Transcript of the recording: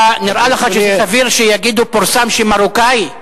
נראה לך שזה סביר שיגידו: פורסם שמרוקאי?